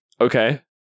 Okay